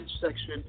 section